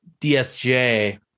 DSJ